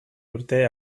urte